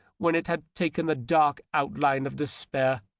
when it had taken the dark outline of despair,